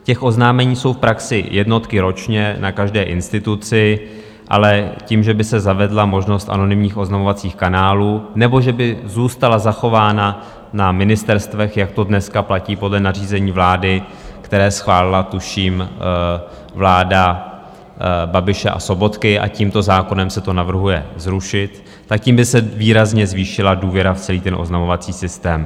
Těch oznámení jsou v praxi jednotky ročně na každé instituci, ale tím, že by se zavedla možnost anonymních oznamovacích kanálů nebo že by zůstala zachována na ministerstvech, jak to dneska platí podle nařízení vlády, které schválila tuším vláda Babiše a Sobotky a tímto zákonem se to navrhuje zrušit tak tím by se výrazně zvýšila důvěra v celý ten oznamovací systém.